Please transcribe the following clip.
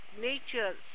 nature